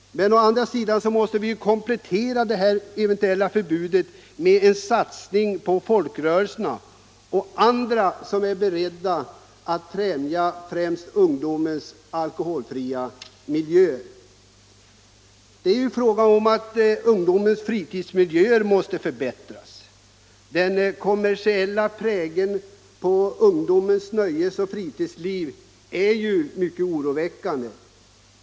Men ett sådant förbud måste kompletteras med en satsning på folkrörelserna och andra som är beredda att erbjuda främst ungdomen alkoholfria miljöer. Ungdomens fritidsmiljöer måste förbättras. Den kommersiella prägeln på ungdomens nöjes och fritidsliv är oroväckande.